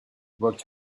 worked